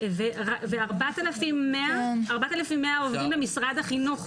וארבעת אלפים מאה עובדים במשרד החינוך,